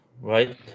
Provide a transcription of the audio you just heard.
right